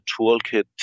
toolkit